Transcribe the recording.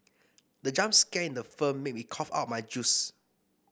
the jump scare in the film made me cough out my juice